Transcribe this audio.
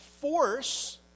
force